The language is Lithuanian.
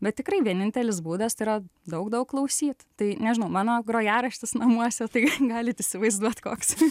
bet tikrai vienintelis būdas tai yra daug daug klausyt tai nežinau mano grojaraštis namuose tai galit įsivaizduot koks